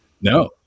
No